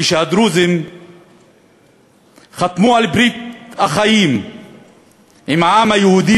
כשהדרוזים חתמו על ברית החיים עם העם היהודי,